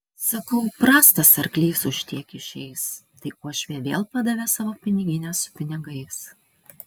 sakau prastas arklys už tiek išeis tai uošvė vėl padavė savo piniginę su pinigais